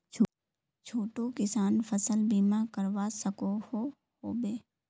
छोटो किसान फसल बीमा करवा सकोहो होबे?